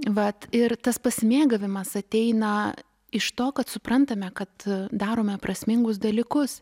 vat ir tas pasimėgavimas ateina iš to kad suprantame kad darome prasmingus dalykus